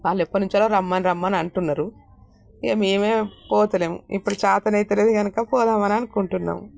వాళ్ళు ఎప్పటినుంచో రమ్మని రమ్మని అంటున్నారు ఇంకా మేమే పోతలేము ఇప్పుడు చాతనైతలేదు కనుక పోదామని అనుకుంటున్నాము